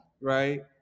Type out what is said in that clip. right